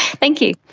thank you.